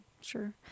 Sure